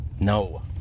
No